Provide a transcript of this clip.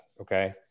Okay